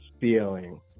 feeling